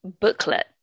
booklet